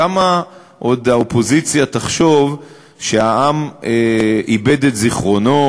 כמה עוד האופוזיציה תחשוב שהעם איבד את זיכרונו,